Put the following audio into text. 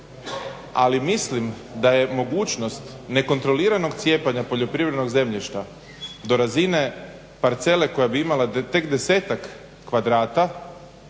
ali mislim da je mogućnost nekontroliranog cijepanja poljoprivrednog zemljišta do razine parcele koja bi imala tek desetak kvadrata